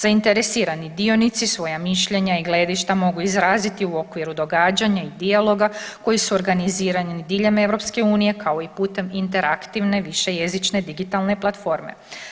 Zainteresirani dionici svoja mišljenja i gledišta mogu izraziti u okviru događanja i dijaloga koji su organizirani diljem Europske unije kao i putem interaktivne višejezične digitalne platforme.